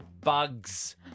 Bugs